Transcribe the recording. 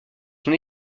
son